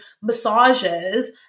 massages